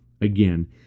again